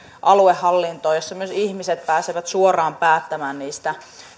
aluehallintoon jossa myös ihmiset pääsevät suoraan päättämään niistä